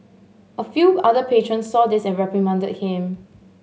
a few other patrons saw this and reprimanded him